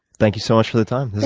thank you so much for the time.